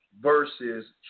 versus